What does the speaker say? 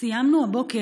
סיימנו הבוקר,